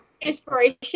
Inspiration